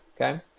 okay